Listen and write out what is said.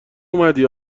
اومدی